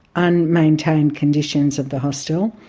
unmaintained conditions of the hostel,